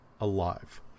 alive